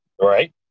Right